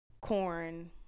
corn